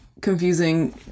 confusing